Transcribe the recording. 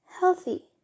healthy